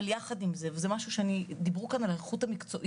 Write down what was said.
אבל יחד עם זה, דיברו כאן על האיכות המקצועית.